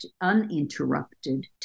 uninterrupted